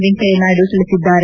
ವೆಂಕಯ್ಖನಾಯ್ದು ತಿಳಿಸಿದ್ದಾರೆ